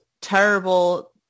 terrible